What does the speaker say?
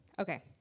Okay